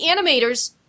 animators